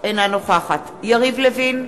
אינה נוכחת יריב לוין,